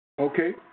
Okay